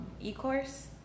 e-course